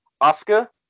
Oscar